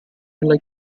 della